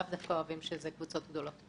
אנחנו לאו דווקא אוהבים שזה קבוצות גדולות.